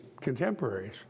contemporaries